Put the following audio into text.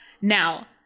Now